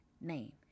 name